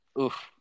Oof